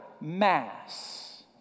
mass